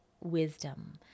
wisdom